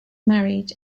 married